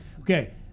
Okay